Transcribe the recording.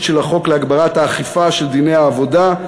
של החוק להגברת האכיפה של דיני העבודה,